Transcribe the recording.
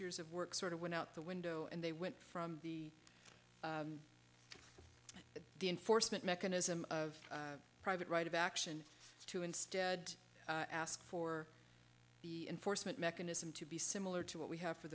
years of work sort of went out the window and they went from the enforcement mechanism of private right of action to instead ask for the enforcement mechanism to be similar to what we have for